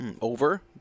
Over